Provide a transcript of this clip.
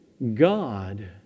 God